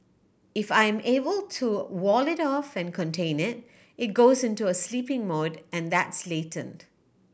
if I am able to wall it off and contain it it goes into a sleeping mode and that's latent